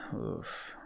Oof